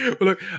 look